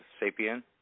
Sapien